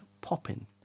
popping